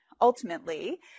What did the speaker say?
ultimately